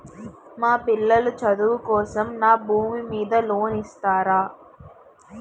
మా పిల్లల చదువు కోసం నాకు నా భూమి మీద లోన్ ఇస్తారా?